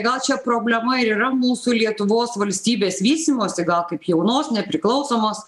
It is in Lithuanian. gal čia problema ir yra mūsų lietuvos valstybės vystymosi gal kaip jaunos nepriklausomos